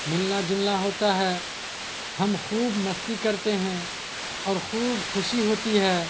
ملنا جلنا ہوتا ہے ہم خوب مستی کرتے ہیں اور خوب خوشی ہوتی ہے